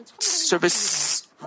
service